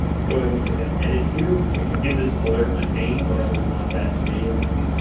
go ahead and click on edit here. we can give this alert a name. whatever we want that to be, like,